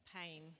pain